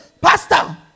Pastor